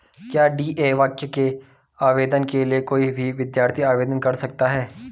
क्या डी.ए.वाय के आवेदन के लिए कोई भी विद्यार्थी आवेदन कर सकता है?